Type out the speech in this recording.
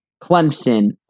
Clemson